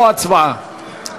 או הצבעה.